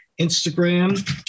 Instagram